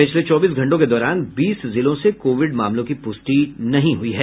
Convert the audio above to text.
पिछले चौबीस घंटों के दौरान बीस जिलों से कोविड मामलों की पुष्टि नहीं हुई है